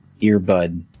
earbud